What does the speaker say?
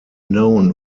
known